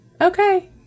Okay